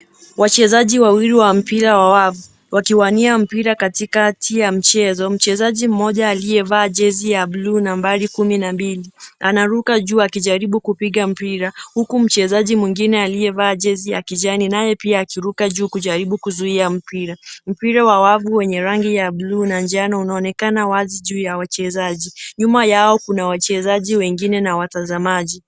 Wachezaji wawili wa mpira wa wavu wakiwania mpira katikati ya mchezo. Mchezaji mmoja aliyevaa jezi ya blue nambari kumi na mbili anaruka juu akijaribu kupiga mpira huku mchezaji mwingine aliyevaa jezi ya kijani naye pia akiruka juu kujaribu kuzuia mpira. Mpira wa wavu wenye rangi ya blue na njano unaonekana wazi juu ya wachezaji. Nyuma yao kuna wachezaji wengine na watazamaji.